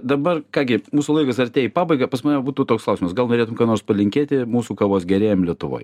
dabar ką gi mūsų laikas artėja į pabaigą pas mane būtų toks klausimas gal galėtum ką nors palinkėti mūsų kavos gerėjam lietuvoj